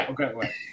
okay